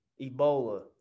Ebola